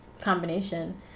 combination